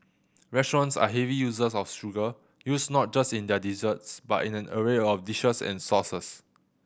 restaurants are heavy users of sugar used not just in their desserts but in an array of dishes and sauces